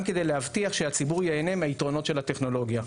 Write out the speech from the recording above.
כדי להבטיח שהציבור ייהנה מהיתרונות של הטכנולוגיה.